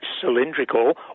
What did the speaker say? cylindrical